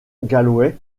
galway